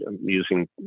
using